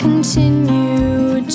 Continue